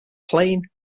plain